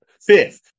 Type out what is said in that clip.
Fifth